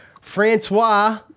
Francois